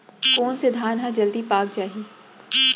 कोन से धान ह जलदी पाक जाही?